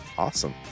awesome